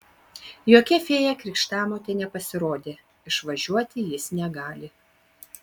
jokia fėja krikštamotė nepasirodė išvažiuoti jis negali